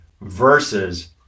versus